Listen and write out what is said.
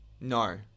No